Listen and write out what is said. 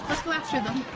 go after them.